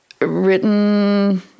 written